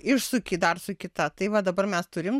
išsuki dar su kita tai va dabar mes turim